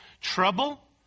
trouble